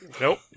Nope